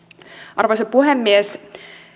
arvoisa puhemies